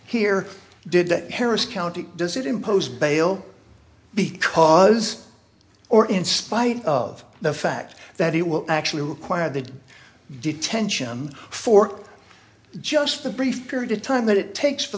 here did that harris county does it impose bail be cause or in spite of the fact that it will actually require the detention for just a brief period of time that it takes for